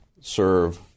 serve